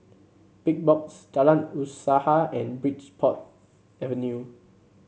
Big Box Jalan Usaha and Bridport Avenue